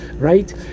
right